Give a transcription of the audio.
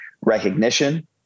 recognition